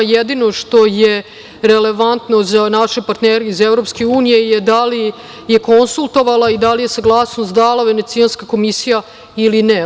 Jedino što je relevantno za naše partnere iz EU je da li je konsultovala i da li je saglasnost dala Venecijanska komisija ili ne.